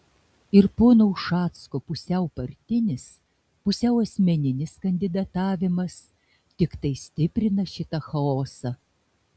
ir pono ušacko pusiau partinis pusiau asmeninis kandidatavimas tiktai stiprina šitą chaosą